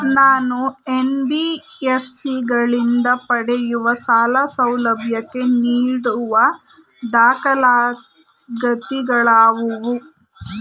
ನಾನು ಎನ್.ಬಿ.ಎಫ್.ಸಿ ಗಳಿಂದ ಪಡೆಯುವ ಸಾಲ ಸೌಲಭ್ಯಕ್ಕೆ ನೀಡುವ ದಾಖಲಾತಿಗಳಾವವು?